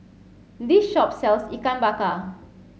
this shop sells Ikan Bakar